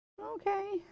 Okay